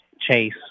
Chase